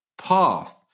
path